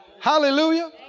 Hallelujah